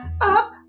up